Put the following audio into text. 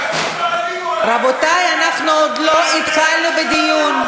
רבותי, אנחנו עוד לא התחלנו בדיון.